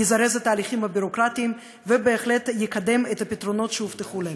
יזרז את התהליכים הביורוקרטיים ובהחלט יקדם את הפתרונות שהובטחו להם.